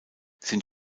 sind